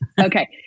okay